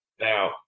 Now